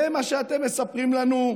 זה מה שאתם מספרים לנו?